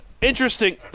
interesting